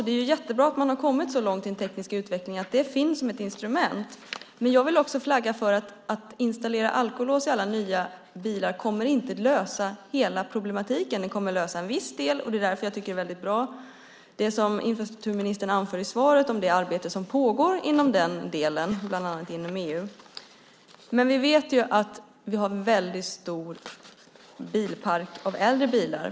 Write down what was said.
Det är jättebra att man har kommit så långt i den tekniska utvecklingen att alkolås finns som ett instrument. Jag vill dock flagga för att installation av alkolås i alla nya bilar inte kommer att lösa hela problemet. Det kommer att lösa en viss del, och det infrastrukturministern anförde i svaret om det arbete som pågår inom den delen är bra, bland annat inom EU. Men vi vet att vi har en stor bilpark av äldre bilar.